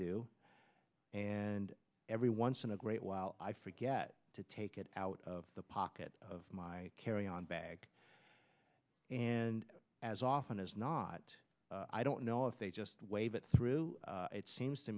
do and every once in a great while i forget to take it out of the pocket of my carry on bag and as often as not i don't know if they just wave it through it seems to